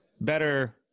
better